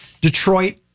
Detroit